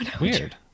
Weird